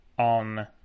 on